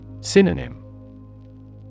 Synonym